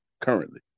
currently